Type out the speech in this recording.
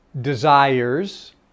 Desires